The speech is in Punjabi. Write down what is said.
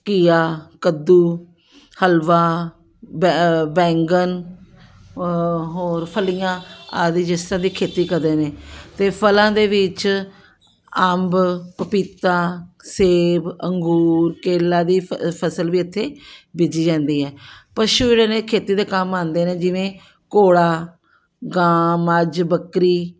ਘੀਆ ਕੱਦੂ ਹਲਵਾ ਬੈ ਬੈਂਗਣ ਹੋਰ ਫਲੀਆਂ ਆਦਿ ਜਿਸ ਤਰ੍ਹਾਂ ਦੀ ਖੇਤੀ ਕਰਦੇ ਨੇ ਅਤੇ ਫਲਾਂ ਦੇ ਵਿੱਚ ਅੰਬ ਪਪੀਤਾ ਸੇਬ ਅੰਗੂਰ ਕੇਲਾ ਦੀ ਫ ਫਸਲ ਵੀ ਇੱਥੇ ਬੀਜੀ ਜਾਂਦੀ ਹੈ ਪਸ਼ੂ ਜਿਹੜੇ ਨੇ ਖੇਤੀ ਦੇ ਕੰਮ ਆਉਂਦੇ ਨੇ ਜਿਵੇਂ ਘੋੜਾ ਗਾਂ ਮੱਝ ਬੱਕਰੀ